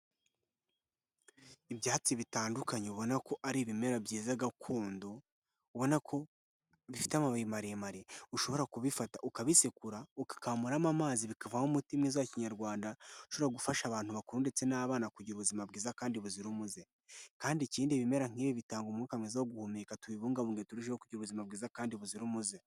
Ibyatsi bitandukanye ubona ko ari ibimera byiza gakondo, ubona ko bifite amabubi maremare, ushobora kubifata ukabisekura, ugakamuramo amazi bikavamo umutima mwiza wa kinyarwanda, ushobora gufasha abantu bakuru ndetse n'abana kugira ubuzima bwiza kandi buzira umuze, kandi ikindi ibimera nk'ibi bitanga umwuka mwiza wo guhumeka tubibungabunga turusheho kugira ubuzima bwiza kandi buzira umuze.